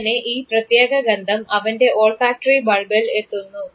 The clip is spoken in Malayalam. അങ്ങനെ ഈ പ്രത്യേക ഗന്ധം അവൻറെ ഓൾഫാക്ടറി ബൾബിൽ എത്തുന്നു